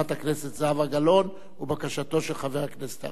זהבה גלאון ולבקשתו של חבר הכנסת אריה אלדד.